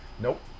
Nope